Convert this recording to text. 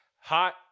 Hot